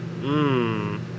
Mmm